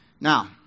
Now